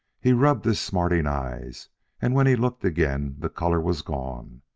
he rubbed his smarting eyes and when he looked again the color was gone.